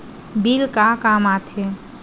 Bill का काम आ थे?